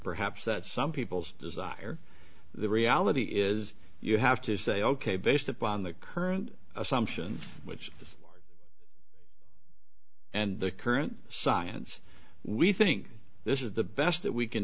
perhaps at some people's desire the reality is you have to say ok based upon the current assumptions which and the current science we think this is the best that we can